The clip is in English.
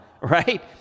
right